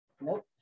Nope